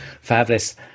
Fabulous